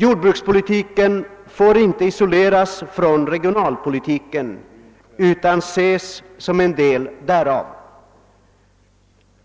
Jordbrukspolitiken får inte isoleras från regionalpolitiken utan måste ses som en del därav.